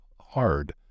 hard